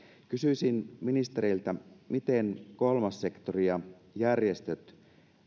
kysyisin ministereiltä miten kolmas sektori ja järjestöt